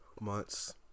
Months